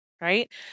right